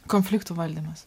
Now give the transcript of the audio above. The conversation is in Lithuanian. konfliktų valdymas